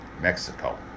Mexico